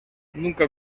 nunca